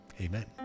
Amen